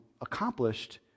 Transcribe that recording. accomplished